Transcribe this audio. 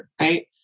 right